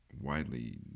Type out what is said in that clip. widely